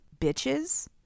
bitches